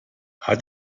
hat